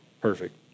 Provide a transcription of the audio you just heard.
perfect